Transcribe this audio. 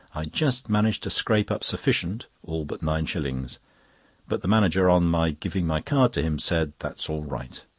i just managed to scrape up sufficient, all but nine shillings but the manager, on my giving my card to him, said that's all right.